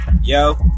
Yo